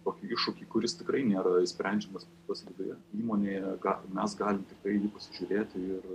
tokį iššūkį kuris tikrai nėra išsprendžiamas pas viduje įmonėje ga mes galim tikrai jį pasižiūrėti ir